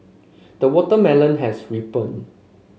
the watermelon has ripened